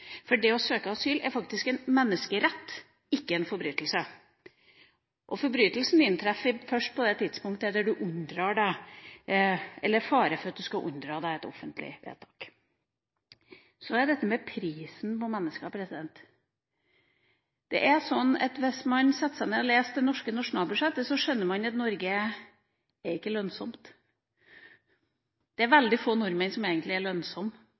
konvensjoner. Det å søke asyl er en menneskerett, ikke en forbrytelse. Forbrytelsen inntreffer først på det tidspunktet da det er fare for at du unndrar deg et offentlig vedtak. Så er det dette med prisen på mennesker. Hvis man setter seg ned og leser det norske nasjonalbudsjettet, skjønner man at Norge ikke er lønnsomt. Det er veldig få nordmenn som egentlig er